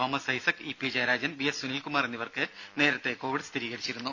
Thomas Isaac E P Jayarajan V S Sunilkumar എന്നിവർക്ക് നേരത്തെ Covid സ്ഥിരീകരിച്ചിരുന്നു